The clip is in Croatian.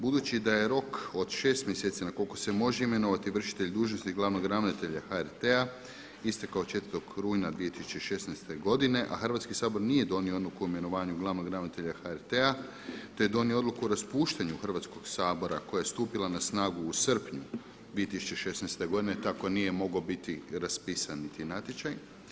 Budući da je rok od šest mjeseci na koliko se može imenovati vršitelj dužnosti glavnog ravnatelja HRT-a istekao 4. rujna 2016. godine, a Hrvatski sabor nije donio odluku o imenovanju glavnog ravnatelja HRT-a, te je donio odluku o raspuštanju Hrvatskog sabora koja je stupila na snagu u srpnju 2016. godine tako nije mogao biti raspisan niti natječaj.